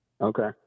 Okay